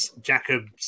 Jacobs